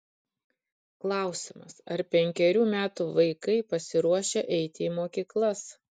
klausimas ar penkerių metų vaikai pasiruošę eiti į mokyklas